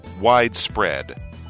Widespread